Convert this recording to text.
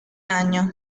año